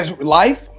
life